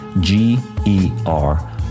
G-E-R